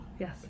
Yes